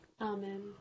Amen